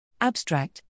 Abstract